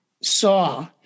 saw